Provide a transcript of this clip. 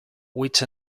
which